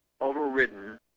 overridden